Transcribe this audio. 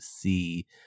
see